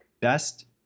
best